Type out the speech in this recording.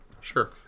Sure